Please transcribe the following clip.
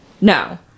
no